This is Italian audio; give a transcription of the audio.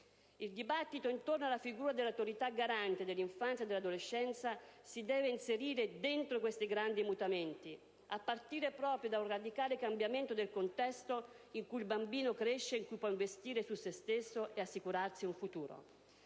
Il dibattito intorno alla figura dell'Autorità garante dell'infanzia e dell'adolescenza si deve inserire dentro questi grandi mutamenti, a partire proprio da un radicale cambiamento del contesto in cui il bambino cresce e in cui può investire su sé stesso e assicurarsi un futuro.